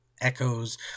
echoes